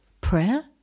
prayer